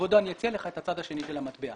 כבודו, אני אציע לך את הצד השני של המטבע.